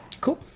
Cool